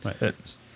Right